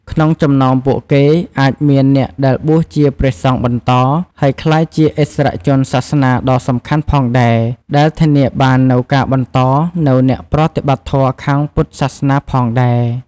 ក្នុងចំណោមពួកគេ អាចមានអ្នកដែលបួសជាព្រះសង្ឃបន្ត ហើយក្លាយជាឥស្សរជនសាសនាដ៏សំខាន់ផងដែរ ដែលធានាបាននូវការបន្តនូវអ្នកប្រតិបត្តិធម៌ខាងពុទ្ធសាសនាផងដែរ។